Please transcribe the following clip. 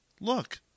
look